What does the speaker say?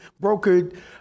brokered